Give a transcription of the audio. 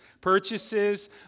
purchases